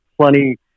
plenty